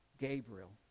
gabriel